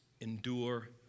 endure